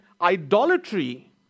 idolatry